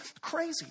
crazy